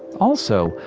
also,